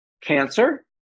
cancer